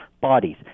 bodies